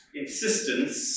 insistence